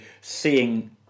seeing